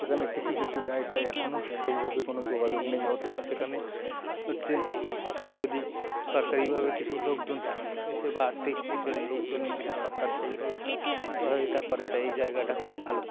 সেখানে কিছু কিছু জায়গায় এখনও সেইভাবে কোনো যোগাযোগ নেই অথচ সেখানে হচ্ছে যদি সরকারিভাবে কিছু লোকজন এসে বা আর্থিক এসের লোকজন যদি সরকার সেইভাবে সহায়তা করে তাই এই জায়গাটা খুব ভালো